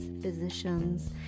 physicians